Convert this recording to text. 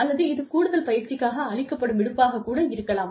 அல்லது இது கூடுதல் பயிற்சிக்காக அளிக்கப்படும் விடுப்பாகக் கூட இருக்கலாம்